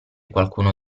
qualcuno